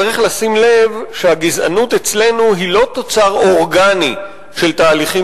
צריך לשים לב שהגזענות אצלנו היא לא תוצר אורגני של תהליכים